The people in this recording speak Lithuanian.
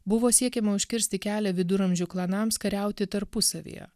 buvo siekiama užkirsti kelią viduramžių klanams kariauti tarpusavyje